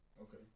Okay